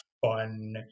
fun